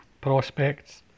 prospects